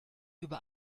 über